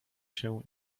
się